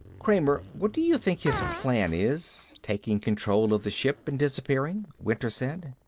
kramer, what do you think his plan is, taking control of the ship and disappearing? winter said.